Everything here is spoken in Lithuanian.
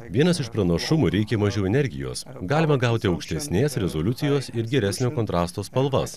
vienas iš pranašumų reikia mažiau energijos galima gauti aukštesnės rezoliucijos ir geresnio kontrasto spalvas